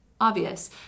obvious